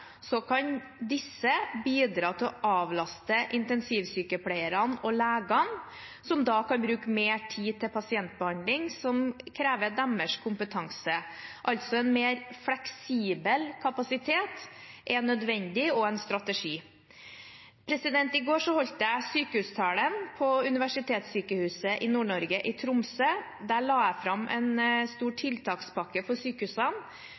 kan disse bidra til å avlaste intensivsykepleierne og legene, som da kan bruke mer tid til pasientbehandling som krever deres kompetanse. En mer fleksibel kapasitet er altså nødvendig, og en strategi. I går holdt jeg sykehustalen på Universitetssykehuset Nord-Norge i Tromsø. Der la jeg fram en stor tiltakspakke for sykehusene,